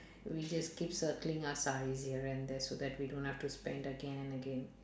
we just keep circling our sarees here and there so we don't have to spend again and again